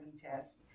test